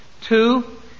Two